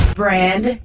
brand